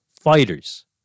fighters